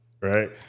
Right